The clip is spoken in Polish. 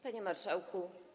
Panie Marszałku!